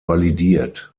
validiert